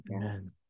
Yes